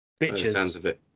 Bitches